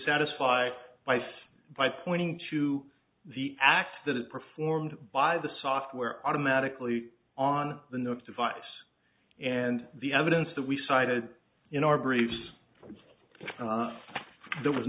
satisfy vice by pointing to the acts that are performed by the software automatically on the north device and the evidence that we cited in our briefs there was